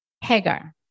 Hagar